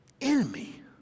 Enemy